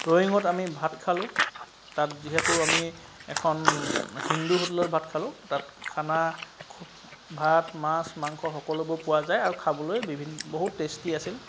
ৰয়িঙত আমি ভাত খালোঁ তাত যিহেতু আমি এখন হিন্দু হোটেলত ভাত খালোঁ তাত খানা ভাত মাছ মাংস সকলোবোৰ পোৱা যায় আৰু খাবলৈ বহুত টেষ্টি আছিল